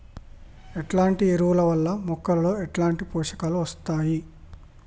ఎట్లాంటి ఎరువుల వల్ల మొక్కలలో ఎట్లాంటి పోషకాలు వత్తయ్?